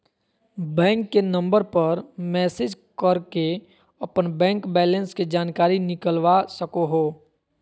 bank के number पर message करके अपन बैंक बैलेंस के जानकारी निकलवा सको हो